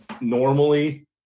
normally